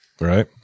right